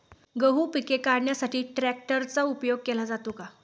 गहू पिके कापण्यासाठी ट्रॅक्टरचा उपयोग केला जातो का?